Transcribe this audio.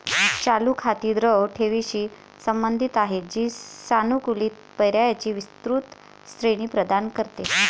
चालू खाती द्रव ठेवींशी संबंधित आहेत, जी सानुकूलित पर्यायांची विस्तृत श्रेणी प्रदान करते